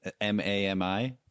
M-A-M-I